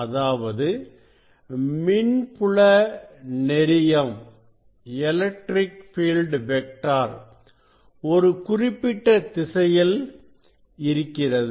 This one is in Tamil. அதாவது மின்புல நெறியம் ஒரு குறிப்பிட்ட திசையில் இருக்கிறது